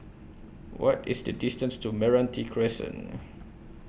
What IS The distance to Meranti Crescent